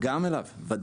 גם אליו, ודאי.